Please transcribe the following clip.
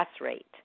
rate